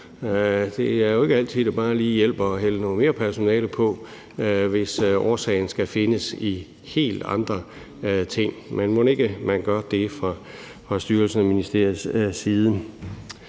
Det er jo ikke altid, at det hjælper bare at hælde noget mere personale på, hvis årsagen skal findes i helt andre ting, men mon ikke man gør det fra styrelsen og ministeriets side?